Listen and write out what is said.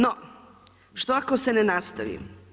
No, što ako se ne nastavi.